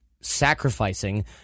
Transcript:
sacrificing